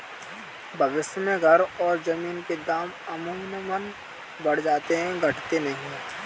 भविष्य में घर और जमीन के दाम अमूमन बढ़ जाते हैं घटते नहीं